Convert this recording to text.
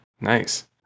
nice